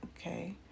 okay